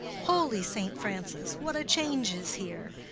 holy saint francis! what a change is here!